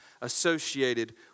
associated